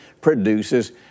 produces